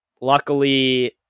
Luckily